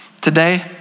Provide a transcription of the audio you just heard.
Today